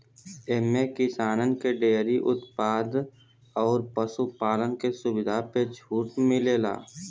एम्मे किसानन के डेअरी उत्पाद अउर पशु पालन के सुविधा पे छूट मिलेला